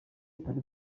tutari